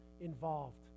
involved